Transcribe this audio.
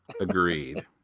Agreed